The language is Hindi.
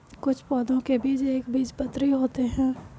कुछ पौधों के बीज एक बीजपत्री होते है